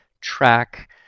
track